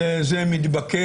וזה מתבקש.